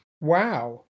Wow